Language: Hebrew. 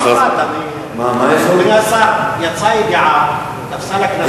אדוני השר, יצאה ידיעה, תפסה לה כנפיים.